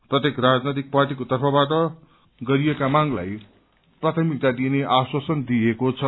प्रत्येक राजनैतिक पार्टीको तर्फबाट गरिएका मागलाई प्राथमिकता दिइने आश्वासन दिइएको छ